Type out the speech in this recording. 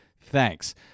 Thanks